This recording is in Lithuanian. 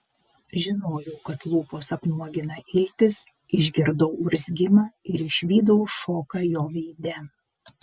žinojau kad lūpos apnuogina iltis išgirdau urzgimą ir išvydau šoką jo veide